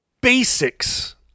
basics